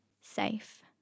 safe